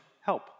help